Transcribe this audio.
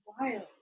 wild